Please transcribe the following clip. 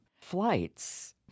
Flights